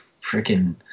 freaking